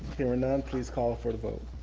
hearing none, please call for the vote.